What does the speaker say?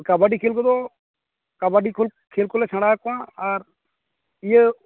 ᱠᱟᱵᱟᱰᱤ ᱠᱷᱮᱞ ᱠᱚᱫᱚ ᱠᱟᱵᱟᱰᱤ ᱠᱷᱮᱞ ᱠᱚᱞᱮ ᱥᱮᱸᱲᱟ ᱟᱠᱚᱣᱟ ᱟᱨ ᱤᱭᱟᱹ